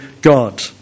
God